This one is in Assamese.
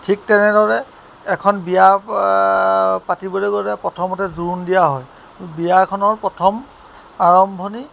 ঠিক তেনেদৰে এখন বিয়া পাতিবলৈ গ'লে প্ৰথমতে জোৰোণ দিয়া হয় বিয়াখনৰ প্ৰথম আৰম্ভণি